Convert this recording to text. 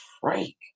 freak